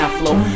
flow